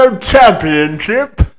championship